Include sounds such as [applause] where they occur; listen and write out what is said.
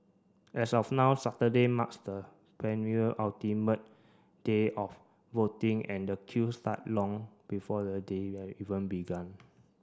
as of now Saturday marks the [unintelligible] day of voting and the queue start long before the day a even began